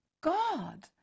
God